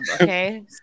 Okay